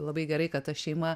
labai gerai kad ta šeima